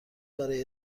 برای